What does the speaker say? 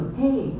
hey